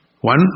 One